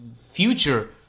future